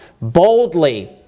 boldly